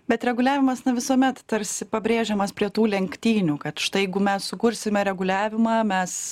bet reguliavimas ne visuomet tarsi pabrėžiamas prie tų lenktynių kad štai jeigu mes sukursime reguliavimą mes